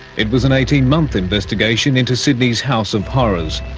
it was an eighteen month investigation into sydney's house of horrors,